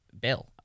bill